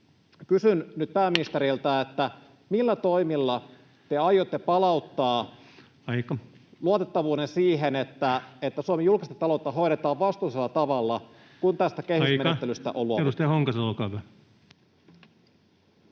kysyn nyt pääministeriltä: millä toimilla te aiotte palauttaa [Puhemies: Aika!] luotettavuuden siihen, että Suomen julkista taloutta hoidetaan vastuullisella tavalla, kun tästä kehysmenettelystä [Puhemies: